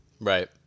Right